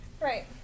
Right